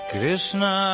Krishna